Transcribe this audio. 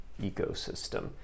ecosystem